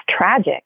tragic